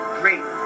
great